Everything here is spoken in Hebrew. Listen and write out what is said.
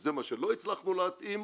זה מה שלא הצלחנו להתאים"